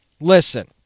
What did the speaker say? listen